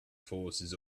forces